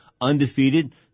undefeated